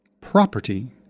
Property